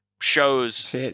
shows